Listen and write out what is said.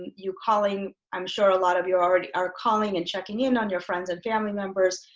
you calling. i'm sure a lot of you already are calling and checking in on your friends and family members.